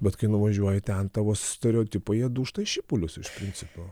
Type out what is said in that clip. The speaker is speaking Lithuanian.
bet kai nuvažiuoji ten tavo stereotipai jie dūžta į šipulius iš principo